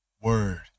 word